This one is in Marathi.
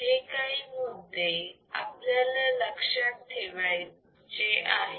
हे काही मुद्दे आपल्याला लक्षात ठेवले पाहिजेत